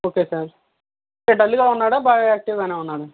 okay sir అంటే dull గా ఉన్నాడా బాగా యాక్టీవ్ గానే ఉన్నాడా